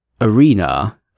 Arena